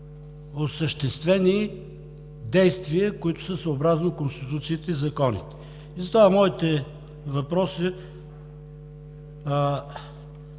осъществени действия, които са съобразно конституциите и законите. Затова моите въпроси